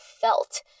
felt